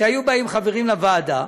שהיו באים חברים לוועדה,